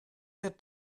wir